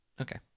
Okay